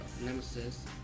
nemesis